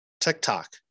TikTok